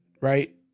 right